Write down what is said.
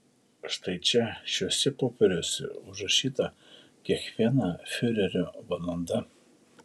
štai čia šiuose popieriuose užrašyta kiekviena fiurerio valanda